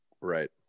Right